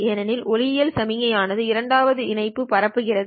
ஏனெனில் ஒளியியல் சமிக்ஞைஆனது இரண்டாவது இணைப்பு பரப்புகிறது